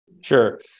Sure